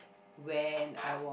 when I was